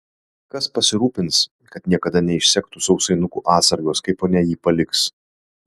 kas pasirūpins kad niekada neišsektų sausainukų atsargos kai ponia jį paliks